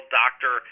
doctor